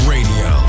Radio